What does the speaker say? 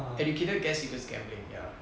educated guess equals gambling ya